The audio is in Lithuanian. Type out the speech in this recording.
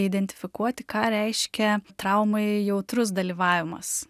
identifikuoti ką reiškia traumai jautrus dalyvavimas